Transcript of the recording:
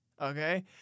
okay